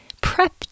prep